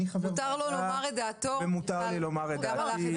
מותר לו לומר את דעתו, וגם לך מותר לומר את